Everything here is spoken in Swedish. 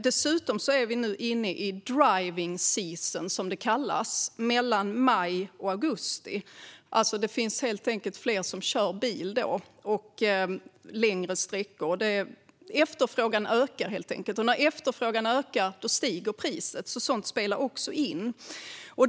Dessutom är vi nu inne i driving season, som det kallas mellan maj och augusti, då det helt enkelt är fler som kör bil, och längre sträckor. Efterfrågan ökar, och när den gör det stiger priset. Sådant spelar också in.